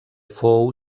fou